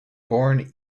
born